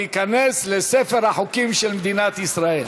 וייכנס לספר החוקים של מדינת ישראל.